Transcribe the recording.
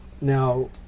now